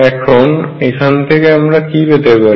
এখন এখান থেকে আমরা কি পেতে পারি